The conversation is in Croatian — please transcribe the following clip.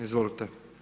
Izvolite.